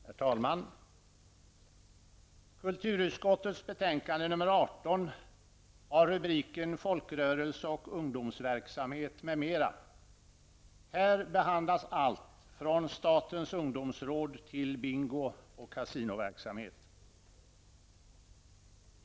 Herr talman! Kulturutskottets betänkande nr 18 har rubriken folkrörelse och ungdomsverksamhet m.m. Här behandlas allt ifrån statens ungdomsråd till bingo och kasinoverksamhet.